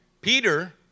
Peter